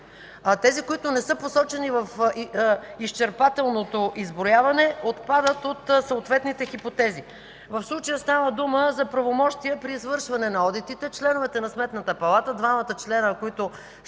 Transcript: тези, които не са посочени в изчерпателното изброяване, отпадат от съответните хипотези. В случая става дума за правомощия при извършване на одитите. Членовете на Сметната палата – двамата членове, които